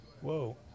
Whoa